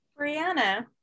Brianna